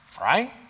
right